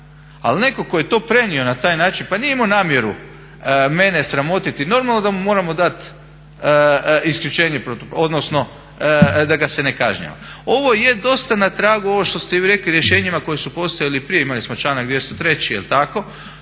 Ali netko tko je to prenio na taj način pa nije imao namjeru mene sramotiti. Normalno da mu moramo dati isključenje odnosno da ga se ne kažnjava. Ovo je dosta na tragu ovo što ste vi rekli rješenjima koja su postojala i prije, imali smo članak 203., mislimo